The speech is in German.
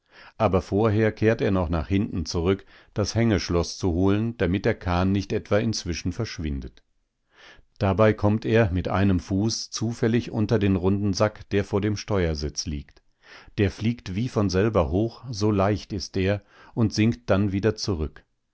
aber vorher kehrt er noch nach hinten zurück das hängeschloß zu holen damit der kahn nicht etwa inzwischen verschwindet dabei kommt er mit einem fuß zufällig unter den runden sack der vor dem steuersitz liegt der fliegt wie von selber hoch so leicht ist er und sinkt dann wieder zurück